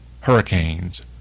hurricanes